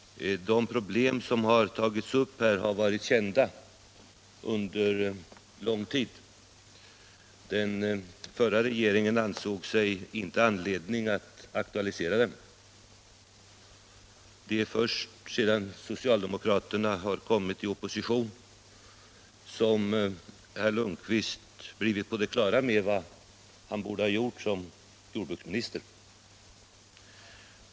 De problem som tagits upp nu har varit kända under lång tid. Den förra regeringen ansåg sig inte ha anledning att aktualisera dem. Det är först sedan socialdemokraterna har kommit i opposition som herr Lundkvist blivit på det klara med vad han borde ha gjort som jordbruksminister.